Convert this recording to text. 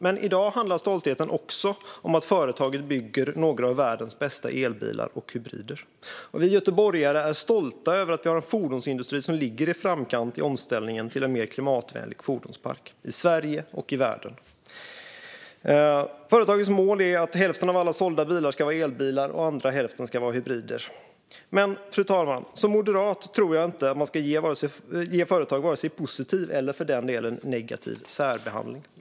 Men i dag handlar stoltheten också om att företaget bygger några av världens bästa elbilar och hybrider. Vi göteborgare är stolta över att vi har en fordonsindustri som ligger i framkant i omställningen till en mer klimatvänlig fordonspark, i Sverige och i världen. Företagets mål är att hälften av alla sålda bilar ska vara elbilar och den andra hälften hybrider. Men, herr talman, som moderat tror jag inte att man ska ge företag vare sig positiv eller - för den delen - negativ särbehandling.